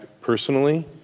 personally